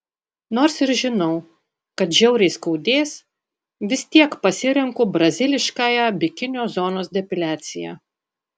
nors ir žinau kad žiauriai skaudės vis tiek pasirenku braziliškąją bikinio zonos depiliaciją